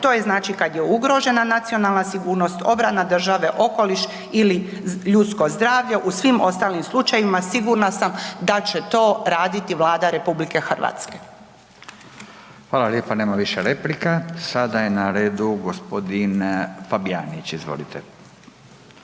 to je znači kad je ugrožena nacionalna sigurnost, obrana države, okoliš ili ljudsko zdravlje, u svim ostalim slučajevima, sigurna sam da će to raditi Vlada RH. **Radin, Furio (Nezavisni)** Hvala lijepa. Nema više replika. Sada je na redu g. Fabijanić. Izvolite.